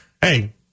Hey